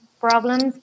problems